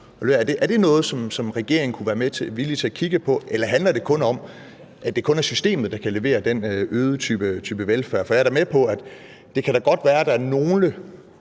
Er det noget, som regeringen kunne være villig til kigge på, eller handler det kun om, at det kun er systemet, der kan levere den øgede type velfærd? Jeg er da med på, at det da godt kan være, at der er nogle